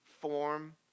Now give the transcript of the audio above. form